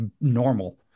normal